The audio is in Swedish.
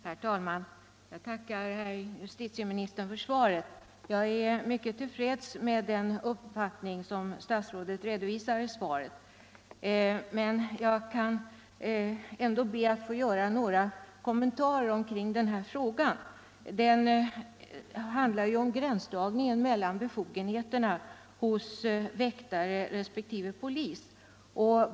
Herr talman! Jag tackar justitieministern för svaret och är mycket till freds med den uppfattning som statsrådet där redovisar men vill ändå göra några kommentarer. Här handlar det om en gränsdragning mellan väktarnas respektive polisens befogenheter.